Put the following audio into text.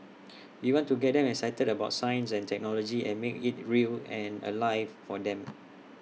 we want to get them excited about science and technology and make IT real and alive for them